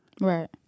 Right